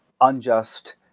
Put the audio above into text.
unjust